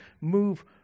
move